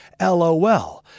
LOL